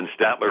Statler